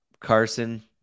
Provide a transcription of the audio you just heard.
Carson